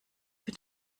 für